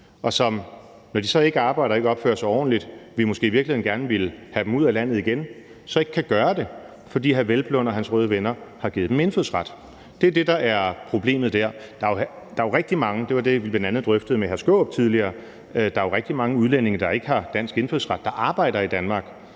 Og når de ikke arbejder og ikke opfører sig ordentligt og vi måske i virkeligheden gerne ville have dem ud af landet igen, så kan vi ikke gøre det, fordi hr. Peder Hvelplund og hans røde venner har givet dem indfødsret. Det er det, der er problemet der. Der er jo rigtig mange udlændinge, der ikke har dansk indfødsret, der arbejder i Danmark.